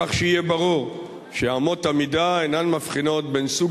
כך שיהיה ברור שאמות המידה אינן מבחינות בין סוג